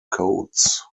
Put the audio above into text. codes